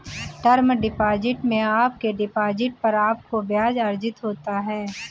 term deposit में आपके deposit पर आपको ब्याज़ अर्जित होता है